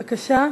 בבקשה.